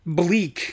bleak